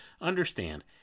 understand